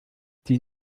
die